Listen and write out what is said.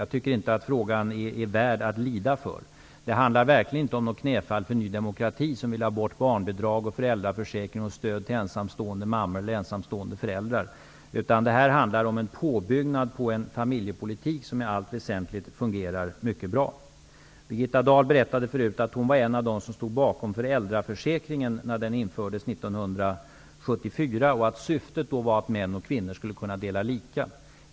Jag tycker inte att frågan är värd att lida för. Det handlar verkligen inte om knäfall för Ny demokrati, som vill ha bort barnbidrag, föräldraförsäkring och stöd till ensamstående föräldrar, utan om en påbyggnad på en familjepolitik som i allt väsentligt fungerar mycket bra. Birgitta Dahl berättade tidigare att hon var en av dem som stod bakom föräldraförsäkringen när den infördes 1974 och att syftet då var att män och kvinnor skulle kunna dela lika.